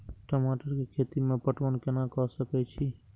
टमाटर कै खैती में पटवन कैना क सके छी?